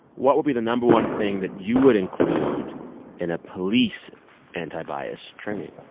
what would be the no. one thing that you would include in a police anti-bias training?